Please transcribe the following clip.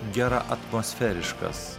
gera atmosferiškas